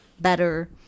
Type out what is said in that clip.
better